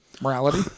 morality